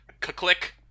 click